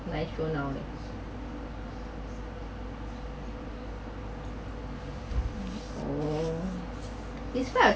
my show now leh oh describe a